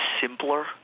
simpler